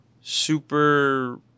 super